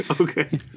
Okay